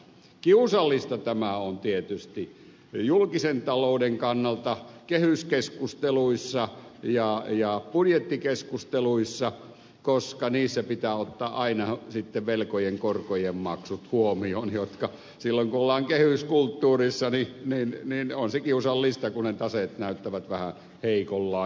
kiusallista tämä on tietysti julkisen talouden kannalta kehyskeskusteluissa ja budjettikeskusteluissa koska niissä pitää ottaa aina sitten velkojen korkojen maksut huomioon jotka silloin kun ollaan kehyskulttuurissa niin on se kiusallista kun ne taseet näyttävät vähän heikonlaisilta